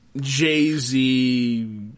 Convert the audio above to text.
Jay-Z